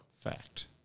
Fact